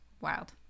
Wild